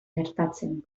gertatzen